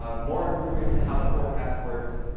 ah more improvements to how the forecast worked.